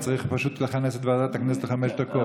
צריך פשוט לכנס את ועדת הכנסת לחמש דקות.